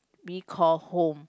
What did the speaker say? be call home